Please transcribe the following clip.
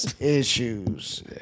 issues